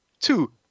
Two